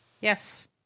Yes